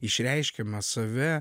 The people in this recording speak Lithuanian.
išreiškiama save